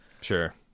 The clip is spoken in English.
Sure